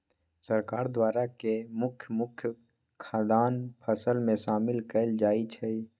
सरकार द्वारा के मुख्य मुख्य खाद्यान्न फसल में शामिल कएल जाइ छइ